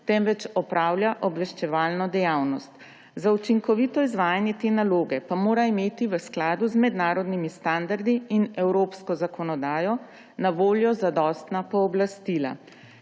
temveč opravlja obveščevalno dejavnost. Za učinkovito izvajanje te naloge pa mora imeti v skladu z mednarodnimi standardi in evropsko zakonodajo na voljo zadostna pooblastila.